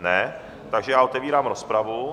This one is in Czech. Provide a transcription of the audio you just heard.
Ne, takže otevírám rozpravu.